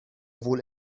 wohl